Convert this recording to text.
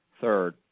Third